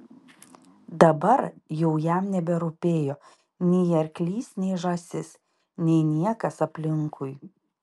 dabar jau jam neberūpėjo nei arklys nei žąsis nei niekas aplinkui